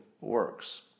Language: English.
works